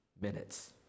minutes